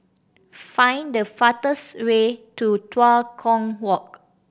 find the fastest way to Tua Kong Walk